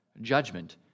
judgment